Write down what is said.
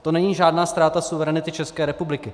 To není žádná ztráta suverenity České republiky.